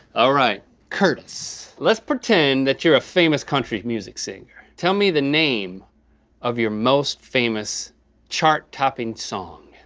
all right curtis, let's pretend that you're a famous country music singer. tell me the name of your most famous chart-topping song.